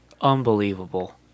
Unbelievable